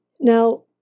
Now